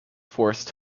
forced